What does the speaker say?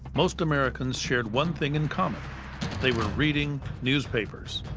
most americans shared one thing in common they were reading newspapers.